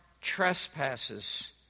trespasses